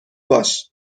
باش